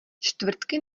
čtvrtky